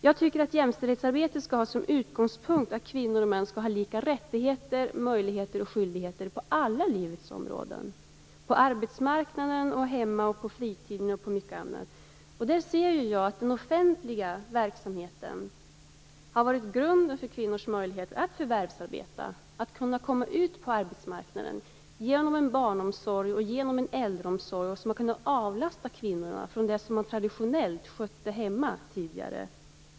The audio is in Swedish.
Jag tycker att jämställdhetsarbetet skall ha som utgångspunkt att kvinnor och män skall ha lika rättigheter, möjligheter och skyldigheter på alla livets områden, på arbetsmarknaden, hemma och på fritiden. Där ser jag att den offentliga verksamheten har varit grunden för kvinnors möjligheter att förvärvsarbeta och kunna komma ut på arbetsmarknaden genom att barnomsorgen och äldreomsorgen har kunnat avlasta kvinnorna det som de tidigare traditionellt skötte hemma.